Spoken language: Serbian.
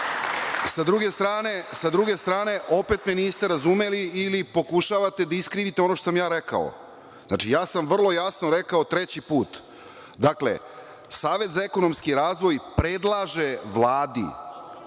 druge strane, opet me niste razumeli ili pokušavate da iskrivite ono što sam ja rekao. Znači, ja sam vrlo jasno rekao, treći put, dakle, Savet za ekonomski razvoj predlaže Vladi,